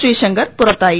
ശ്രീശങ്കർ പുറത്തായി